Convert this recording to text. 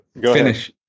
Finish